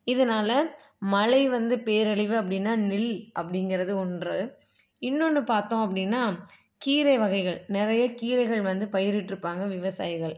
இதனாலே மழை வந்து பேரழிவு அப்படின்னா நெல் அப்படிங்கறது ஒன்று இன்னொன்று பார்த்தோம் அப்படின்னா கீரை வகைகள் நிறைய கீரைகள் பயிரிட்டிருப்பாங்க விவசாயிகள்